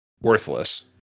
worthless